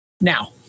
Now